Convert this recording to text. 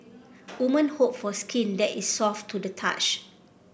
women hope for skin that is soft to the touch